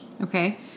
Okay